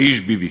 האיש ביבי.